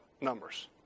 numbers